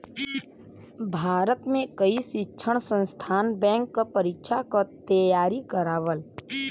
भारत में कई शिक्षण संस्थान बैंक क परीक्षा क तेयारी करावल